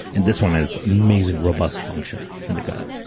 and this one has amazing robust function in the gut